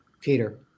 Peter